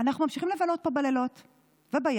אנחנו ממשיכים לבלות פה בלילות ובימים,